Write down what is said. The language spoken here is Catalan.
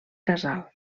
casal